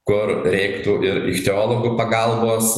kur reiktų ir ichtiologų pagalbos